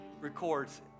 records